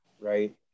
right